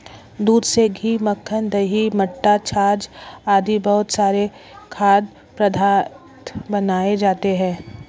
दूध से घी, मक्खन, दही, मट्ठा, छाछ आदि बहुत सारे खाद्य पदार्थ बनाए जाते हैं